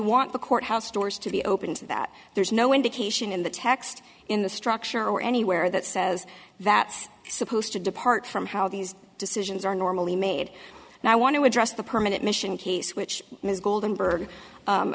want the courthouse doors to be open to that there's no indication in the text in the structure or anywhere that says that's supposed to depart from how these decisions are normally made and i want to address the permanent mission case which is golden